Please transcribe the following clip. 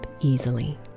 easily